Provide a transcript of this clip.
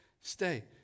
stay